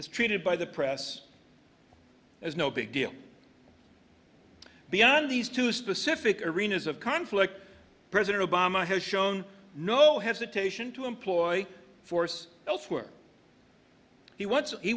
is treated by the press as no big deal beyond these two specific arenas of conflict president obama has shown no hesitation to employ force elsewhere he wants he